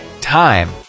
time